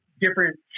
different